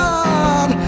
God